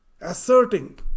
Asserting